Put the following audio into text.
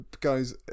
guys